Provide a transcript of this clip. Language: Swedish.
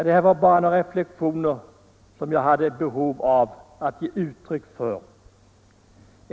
Det här var bara några reflexioner, som jag hade ett behov av att ge uttryck för.